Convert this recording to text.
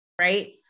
Right